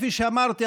כפי שאמרתי,